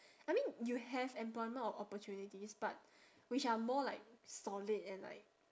I mean you have employment opportunities but which are more like solid and like